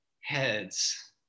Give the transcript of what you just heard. heads